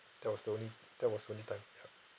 that was the only that was the only time ya